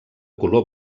color